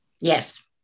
Yes